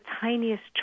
tiniest